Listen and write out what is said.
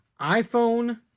iPhone